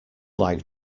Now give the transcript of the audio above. like